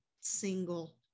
single